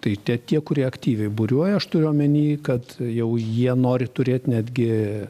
tai tie tie kurie aktyviai buriuoja aš turiu omeny kad jau jie nori turėt netgi